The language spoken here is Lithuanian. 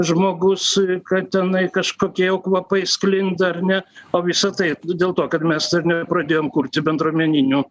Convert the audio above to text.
žmogus kad tenai kažkokie jau kvapai sklinda ar ne o visa tai nu dėl to kad mes dar nepradėjom kurti bendruomeninių